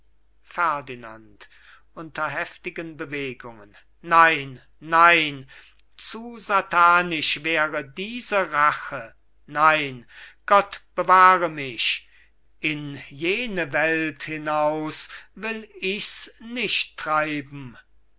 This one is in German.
bewegungen nein nein zu satanisch wäre diese rache nein gott bewahre mich in jene welt hinaus will ich's nicht treiben luise